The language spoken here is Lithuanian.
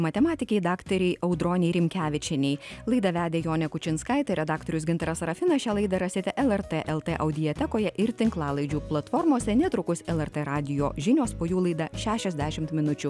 matematikei daktarei audronei rimkevičienei laidą vedė jonė kučinskaitė redaktorius gintaras sarafinas šią laidą rasite lrt lt audijatekoje ir tinklalaidžių platformose netrukus lrt radijo žinios po jų laida šešiasdešimt minučių